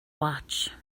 watch